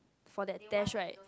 for that dash right